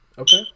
Okay